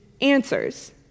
answers